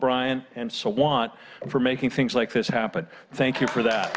o'bryant and so want for making things like this happen thank you for that